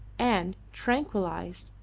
and, tranquillised,